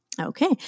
Okay